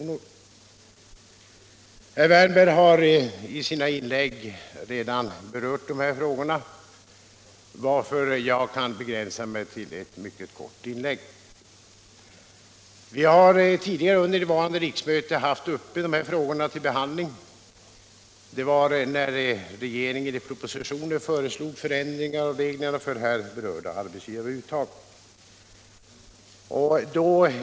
Herr Wärnberg har i sina inlägg redan berört de frågorna, varför jag kan begränsa mig till ett mycket kort inlägg. Vi har tidigare under innevarande riksmöte haft uppe de här frågorna till behandling. Det var när regeringen i proposition föreslog ändringar av reglerna för här berörda arbetsgivaruttag.